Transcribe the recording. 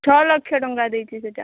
ଛଅ ଲକ୍ଷ ଟଙ୍କା ଦେଇଛି ସେଟା